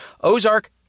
Ozark